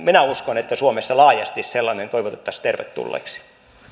minä uskon että suomessa laajasti sellainen toivotettaisiin tervetulleeksi